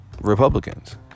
Republicans